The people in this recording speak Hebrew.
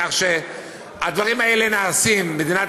כך שהדברים האלה נעשים ---------- מדינת